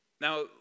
Now